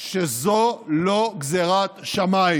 שזו לא גזרת שמיים.